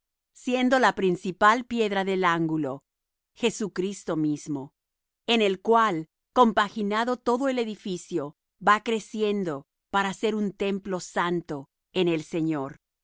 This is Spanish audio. siendo la principal piedra del ángulo jesucristo mismo en el cual compaginado todo el edificio va creciendo para ser un templo santo en el señor